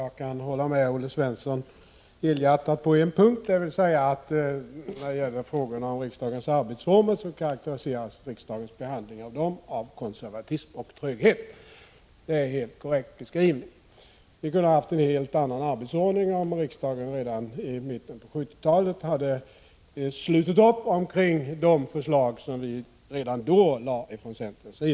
Herr talman! Jag kan helhjärtat hålla med Olle Svensson på en punkt. Riksdagens arbetsformer karakteriseras nämligen av konservatism och tröghet. Det är en helt korrekt beskrivning. Vi kunde ha haft en helt annan arbetsordning om riksdagen på 1970-talet slutit upp kring de förslag som vi från centerns sida redan då väckte.